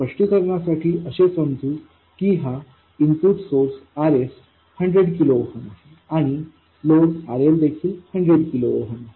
स्पष्टीकरणासाठी असे समजू की हा input source RS 100 kilo ohm आहे आणि लोड RL देखील 100 किलो ओहम आहे